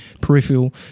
peripheral